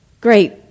great